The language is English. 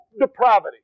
depravity